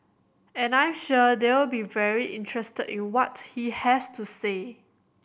and I'm sure they'll be very interested in what he has to say